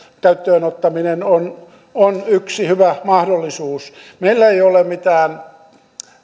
käyttöön ottaminen on on yksi hyvä mahdollisuus meillä ei ole mitään